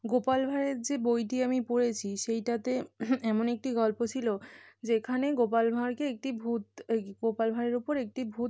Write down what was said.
গোপাল ভাঁড়ের যে বইটি আমি পড়েছি সেইটাতে এমন একটি গল্প ছিল যেখানে গোপাল ভাঁড়কে একটি ভূত এই গোপাল ভাঁড়ের উপর একটি ভূত